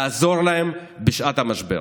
לעזור להם בשעת המשבר.